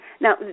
Now